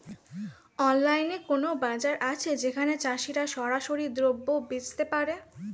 অনলাইনে কোনো বাজার আছে যেখানে চাষিরা সরাসরি দ্রব্য বেচতে পারে?